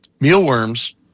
mealworms